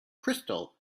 crystal